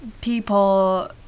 people